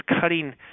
cutting